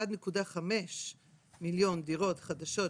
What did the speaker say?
1.5 מיליון דירות חדשות,